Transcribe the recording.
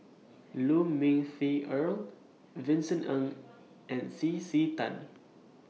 Lu Ming Teh Earl Vincent Ng and C C Tan